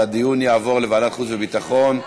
הדיון יעבור לוועדת החוץ והביטחון,